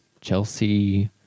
Chelsea